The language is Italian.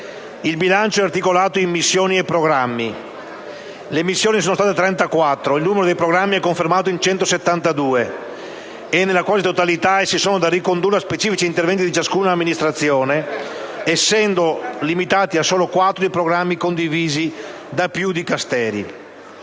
del bilancio è articolato in missioni e programmi; le missioni sono state 34; il numero dei programmi si è confermato in 172, e nella quasi totalità, essi sono da ricondurre a specifici interventi di ciascuna amministrazione, essendo limitati a soli quattro i programmi condivisi da più Dicasteri.